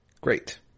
Great